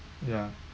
yeah